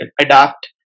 adapt